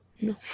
No